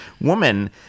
woman